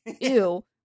Ew